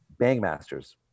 Bangmasters